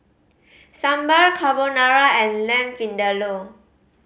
Sambar Carbonara and Lamb Vindaloo